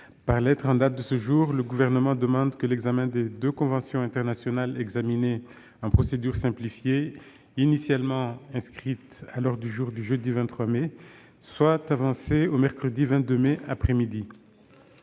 Par lettre en date de ce jour, le Gouvernement demande que l'examen des deux conventions internationales examinées en procédure simplifiée, initialement inscrites à l'ordre du jour du jeudi 23 mai, soit avancé au mercredi 22 mai après-midi.